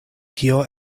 kio